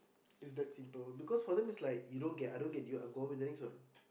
is that simple because for them is like you don't get I don't get you I go on to the next one